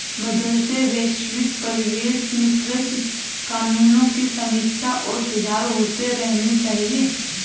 बदलते वैश्विक परिवेश में कृषि कानूनों की समीक्षा और सुधार होते रहने चाहिए